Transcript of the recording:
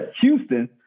Houston